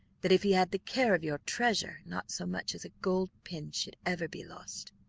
that if he had the care of your treasures not so much as a gold pin should ever be lost.